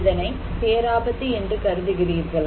இதனை பேராபத்து என்று கருதுகிறீர்களா